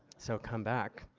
so come back.